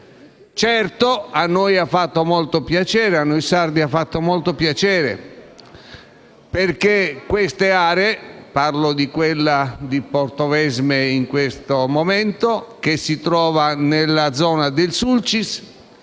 Certo, a noi sardi ha fatto molto piacere, perché una di queste aree (mi riferisco a quella di Portovesme, in questo momento, che si trova nella zona del Sulcis)